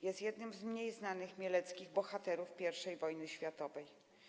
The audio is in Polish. Jest jednym z mniej znanych mieleckich bohaterów I wojny światowej.